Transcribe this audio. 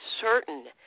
certain